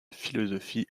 philosophie